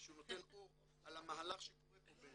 זה נותן אור על המהלך שקורה פה.